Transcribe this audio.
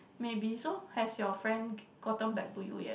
maybe so has your friend gotten back to you yet